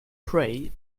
pray